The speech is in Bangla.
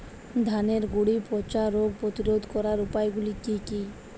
ধানের গুড়ি পচা রোগ প্রতিরোধ করার উপায়গুলি কি কি?